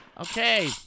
Okay